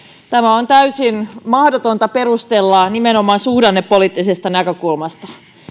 tätä on täysin mahdotonta perustella nimenomaan suhdannepoliittisesta näkökulmasta